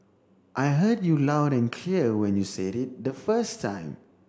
I heard you loud and clear when you said it the first time